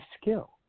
skill